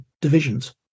divisions